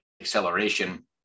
acceleration